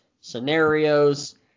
scenarios